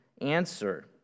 answer